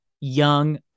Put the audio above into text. young